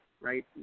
right